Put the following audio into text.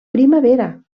primavera